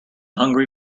hungry